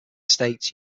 states